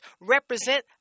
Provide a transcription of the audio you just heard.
represent